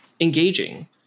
engaging